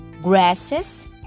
grasses